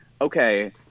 okay